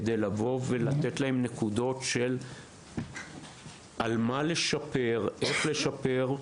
כדי לבוא ולתת להם נקודות לשיפור ואיך לשפר.